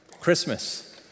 Christmas